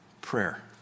prayer